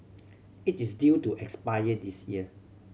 it is due to expire this year